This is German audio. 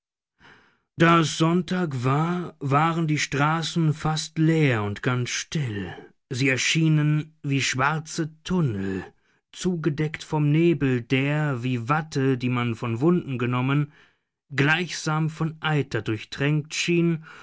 da es sonntag war waren die straßen fast leer und ganz still sie erschienen wie schwarze tunnel zugedeckt vom nebel der wie watte die man von wunden genommen gleichsam von eiter durchtränkt schien